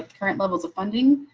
current levels of funding,